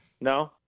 No